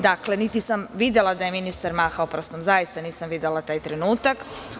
Dakle, niti sam videla da je ministar mahao prstom, zaista nisam videla taj trenutak.